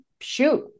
Shoot